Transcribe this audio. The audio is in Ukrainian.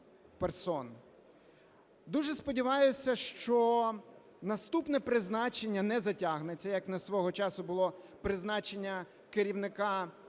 Дуже сподіваюся, що наступне призначення не затягнеться, як свого часу було призначення керівника